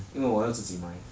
因为我要自己买